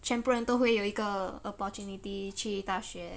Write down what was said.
全部人都会有一个 opportunity 去大学